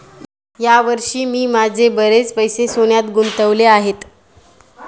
या वर्षी मी माझे बरेच पैसे सोन्यात गुंतवले आहेत